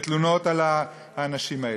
כל הזמן בג"צים ותלונות על האנשים האלה.